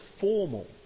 formal